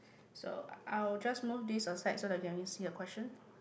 so I will just move this aside so that can we see the question